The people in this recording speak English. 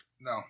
No